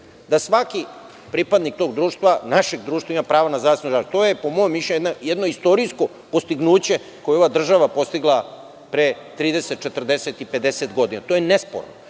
da svaki pripadnik tog društva, našeg društva ima pravo na zdravstvenu zaštitu. To je, po mom mišljenju jedno istorijsko dostignuće koje je ova država postigla pre 30, 40 i 50 godina. To je nesporno.